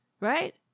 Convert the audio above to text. Right